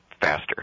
faster